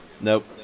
Nope